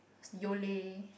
Yole